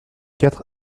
quatre